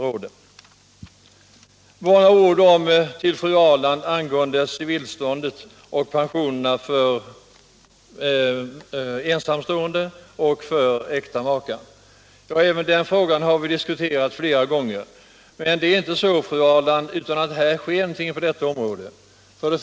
Så några ord till fru Ahrland angående civilstånd samt pensionerna för ensamstående och för äkta makar. Även den frågan har vi diskuterat flera gånger. Och det är inte så, fru Ahrland, att det inte sker någonting på det här området.